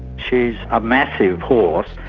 she is a massive horse.